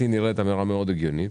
שלדעתי נשמעת מאוד הגיונית,